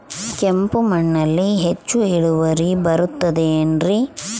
ಕೆಂಪು ಮಣ್ಣಲ್ಲಿ ಹೆಚ್ಚು ಇಳುವರಿ ಬರುತ್ತದೆ ಏನ್ರಿ?